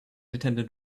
attendant